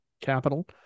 Capital